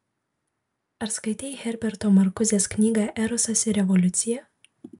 ar skaitei herberto markuzės knygą erosas ir revoliucija